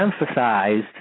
emphasized